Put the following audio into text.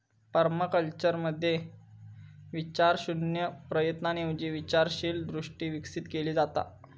पर्माकल्चरमध्ये विचारशून्य प्रयत्नांऐवजी विचारशील दृष्टी विकसित केली जाता